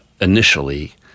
initially